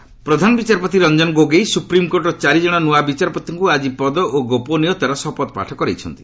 SC ଜେସ୍ ପ୍ରଧାନ ବିଚାରପତି ରଞ୍ଜନ ଗୋଗୋଇ ସୁପ୍ରିମ୍କୋର୍ଟର ଚାରି ଜଣ ନୂଆ ବିଚାରପତିଙ୍କୁ ଆଜି ପଦ ଓ ଗୋପନୀୟତାର ଶପଥପାଠ କରାଇଛନ୍ତି